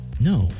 No